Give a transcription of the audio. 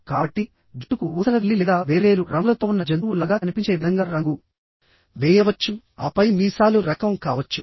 కాబట్టి జుట్టుకు ఊసరవెల్లి లేదా వేర్వేరు రంగులతో ఉన్న జంతువు లాగా కనిపించే విధంగా రంగు వేయవచ్చు ఆపై మీసాలు రకం కావచ్చు